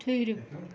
ٹھٕہرِو